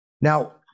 Now